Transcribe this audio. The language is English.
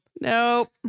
Nope